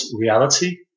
Reality